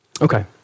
Okay